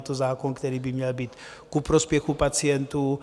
Je to zákon, který by měl být ku prospěchu pacientů.